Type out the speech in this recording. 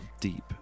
deep